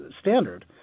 standard